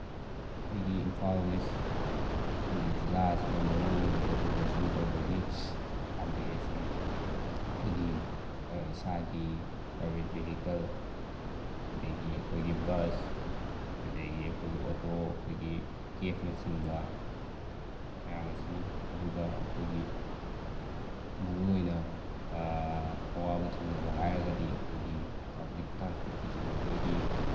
ꯑꯩꯈꯣꯏꯒꯤ ꯏꯝꯐꯥꯜ ꯋꯦꯁ ꯑꯩꯈꯣꯏꯒꯤ ꯖꯤꯂꯥ ꯑꯁꯤꯗ ꯃꯔꯨꯑꯣꯏꯕ ꯆꯠꯊꯣꯛ ꯆꯠꯁꯤꯟ ꯇꯧꯕꯒꯤ ꯄꯥꯝꯕꯩ ꯑꯁꯤ ꯑꯩꯈꯣꯏꯒꯤ ꯏꯁꯥꯒꯤ ꯄ꯭ꯔꯥꯏꯚꯦꯠ ꯚꯤꯍꯤꯀꯜ ꯑꯗꯨꯗꯒꯤ ꯑꯩꯈꯣꯏꯒꯤ ꯕꯁ ꯑꯗꯨꯗꯒꯤ ꯑꯩꯈꯣꯏꯒꯤ ꯑꯣꯇꯣ ꯑꯩꯈꯣꯏꯒꯤ ꯀꯦꯞꯅꯆꯤꯡꯕ ꯃꯌꯥꯝ ꯑꯁꯤꯅꯤ ꯑꯗꯨꯒ ꯑꯩꯈꯣꯏꯒꯤ ꯃꯔꯨꯑꯣꯏꯅ ꯑꯋꯥꯕ ꯊꯦꯡꯅꯕ ꯍꯥꯏꯔꯒꯗꯤ ꯑꯩꯈꯣꯏ ꯄꯕ꯭ꯂꯤꯛ ꯇ꯭ꯔꯥꯟꯁꯄꯣꯔꯇꯦꯁꯟ ꯑꯩꯈꯣꯏꯒꯤ